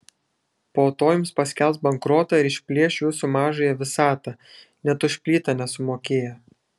po to jums paskelbs bankrotą ir išplėš jūsų mažąją visatą net už plytą nesumokėję